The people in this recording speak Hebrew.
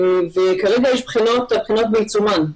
כרגע יש בחינות, הבחינות בעיצומן.